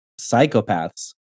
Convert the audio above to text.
psychopaths